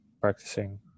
practicing